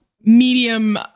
medium